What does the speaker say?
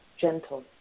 Gentle